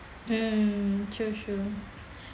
mm true true